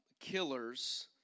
killers